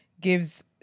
gives